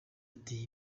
ati